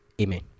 Amen